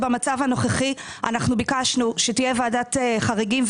במצב הנוכחי ביקשנו שתהיה ועדת חריגים,